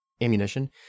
ammunition